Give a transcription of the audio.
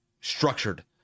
structured